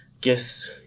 guess